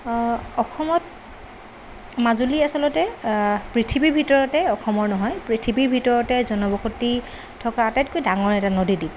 অসমত মাজুলী আচলতে পৃথিৱীৰ ভিতৰতে অসমৰ নহয় পৃথিৱীৰ ভিতৰতে জনবসতি থকা আটাইতকৈ ডাঙৰ এটা নদীদ্বীপ